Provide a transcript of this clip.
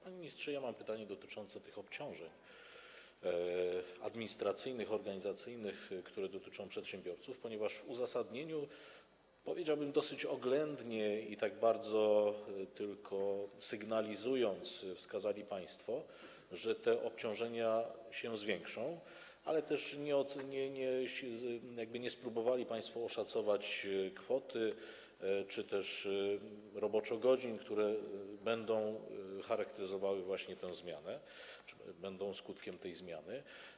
Panie ministrze, mam pytanie dotyczące tych obciążeń administracyjnych, organizacyjnych, które dotyczą przedsiębiorców, ponieważ w uzasadnieniu, powiedziałbym, dosyć oględnie i tak tylko sygnalizując wskazaliście państwo, że te obciążenia się zwiększą, ale też nie spróbowaliście państwo oszacować kwoty czy też roboczogodzin, które będą charakteryzowały właśnie tę zmianę, będą skutkiem tej zmiany.